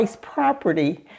property